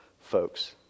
folks